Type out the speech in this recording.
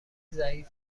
ضعیف